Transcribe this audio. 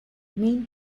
main